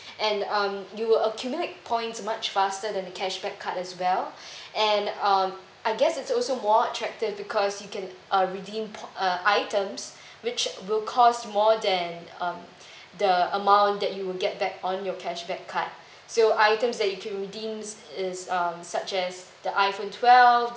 and um you will accumulate points much faster than the cashback card as well and um I guess it's also more attractive because you can uh redeem po~ uh items which will cost more than um the amount that you would get back on your cashback card so items that you can redeem is um such as the iphone twelve